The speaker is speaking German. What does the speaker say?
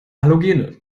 halogene